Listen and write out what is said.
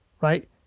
Right